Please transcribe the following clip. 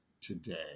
today